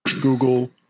Google